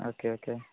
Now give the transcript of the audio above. okay okay